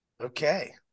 Okay